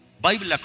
Bible